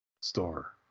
store